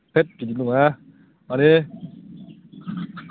हैद बिदि नङा माने